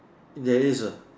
there is uh